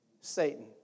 Satan